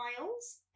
Miles